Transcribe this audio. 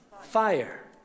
fire